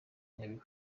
nyabihu